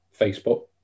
Facebook